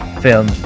film